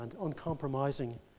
uncompromising